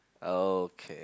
oh okay